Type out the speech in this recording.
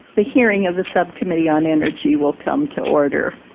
the hearing of the subcommittee on energy will come to order.